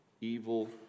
evil